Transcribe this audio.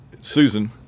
Susan